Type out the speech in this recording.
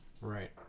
Right